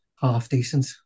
half-decent